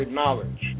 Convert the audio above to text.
knowledge